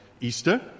Easter